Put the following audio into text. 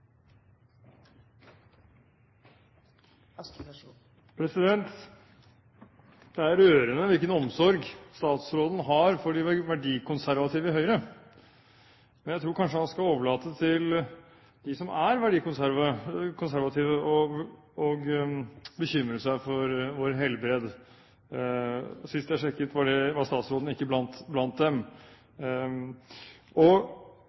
rørende hvilken omsorg statsråden har for de verdikonservative i Høyre. Men jeg tror kanskje han skal overlate til dem som er verdikonservative, å bekymre seg for vår helbred. Sist jeg sjekket, var ikke statsråden blant dem. Jeg må også si: Det